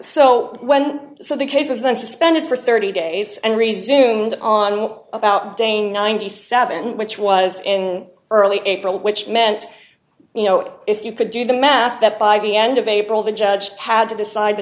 so when so the case was then suspended for thirty days and resumed on about day ninety seven dollars which was in early april which meant you know if you could do the math that by the end of april the judge had to decide the